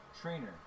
trainer